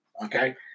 Okay